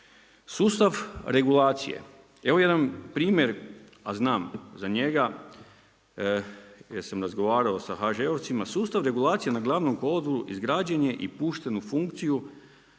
Sustav regulacije. Evo jedan primjer, a znam za njega jer sam razgovarao sa HŽ-ovcima. Sustav regulacije na glavnom kolodvoru, izgrađen je i pušten u funkciju,